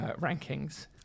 rankings